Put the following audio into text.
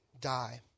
die